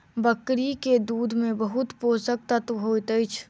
बकरी के दूध में बहुत पोषक तत्व होइत अछि